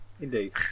Indeed